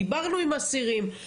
דיברנו עם אסירים.